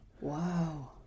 Wow